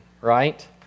right